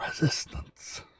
Resistance